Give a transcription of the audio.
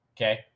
okay